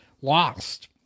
lost